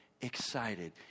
excited